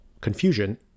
confusion